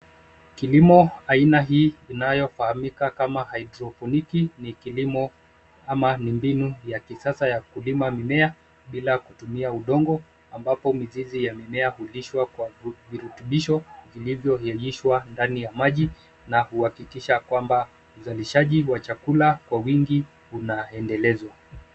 Kilimo aina hii inayofahamika kama hydroponiki , ni kilimo ama ni mbinu ya kisasa ya kulima mimea bila kutumia udongo, ambapo mizizi ya mimea hulishwa kwa virutubisho vilivyoyeyushwa ndani ya maji na huhakikisha kwamba uzalishaji wa chakula kwa wingi, unaendelezwa.